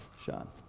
Sean